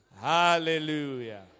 Hallelujah